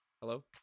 Hello